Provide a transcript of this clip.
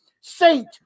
saint